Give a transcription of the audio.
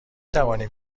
توانیم